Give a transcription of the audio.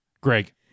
Greg